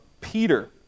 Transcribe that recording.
Peter